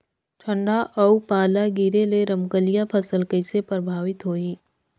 ठंडा अउ पाला गिरे ले रमकलिया फसल कइसे प्रभावित होही?